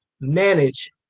manage